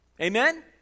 Amen